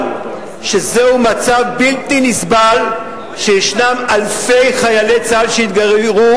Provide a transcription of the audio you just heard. שזהו מצב בלתי נסבל שיש אלפי חיילי צה"ל שהתגיירו,